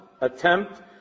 attempt